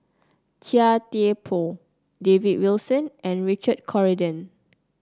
Chia Thye Poh David Wilson and Richard Corridon